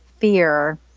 fear